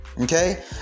Okay